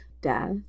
death